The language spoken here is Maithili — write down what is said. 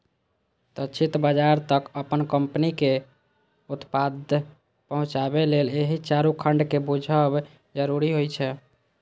लक्षित बाजार तक अपन कंपनीक उत्पाद पहुंचाबे लेल एहि चारू खंड कें बूझब जरूरी होइ छै